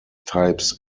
types